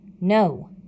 no